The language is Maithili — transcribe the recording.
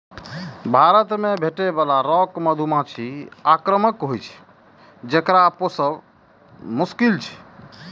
भारत मे भेटै बला रॉक मधुमाछी आक्रामक होइ छै, जेकरा पोसब मोश्किल छै